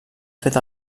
fet